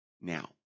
Now